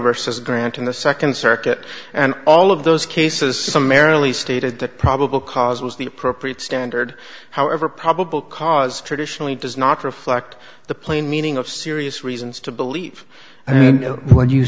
versus grant in the second circuit and all of those cases some merrily stated that probable cause was the appropriate standard however probable cause traditionally does not reflect the plain meaning of serious reasons to believe